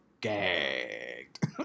gagged